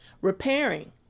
Repairing